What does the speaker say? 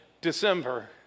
December